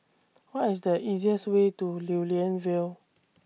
What IS The easiest Way to Lew Lian Vale